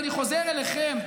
אני חוזר אליכם,